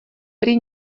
prý